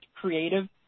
creative